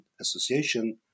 Association